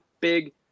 big